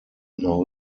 now